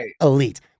elite